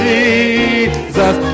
Jesus